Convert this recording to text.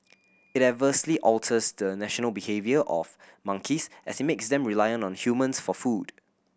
it adversely alters the natural behaviour of monkeys as it makes them reliant on humans for food